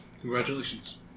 Congratulations